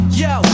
yo